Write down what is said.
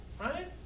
Right